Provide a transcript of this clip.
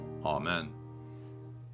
Amen